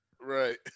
right